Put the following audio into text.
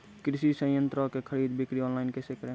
कृषि संयंत्रों की खरीद बिक्री ऑनलाइन कैसे करे?